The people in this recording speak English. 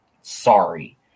Sorry